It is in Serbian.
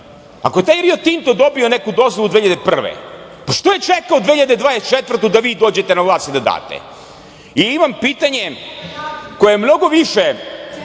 ako je taj Rio Tinto dobio neku dozvolu 2001. godine, zašto je čekao 2024. godinu da vi dođete na vlast i da date?I imam pitanje koje je mnogo više,